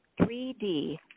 3D